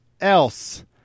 else